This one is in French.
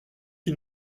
qui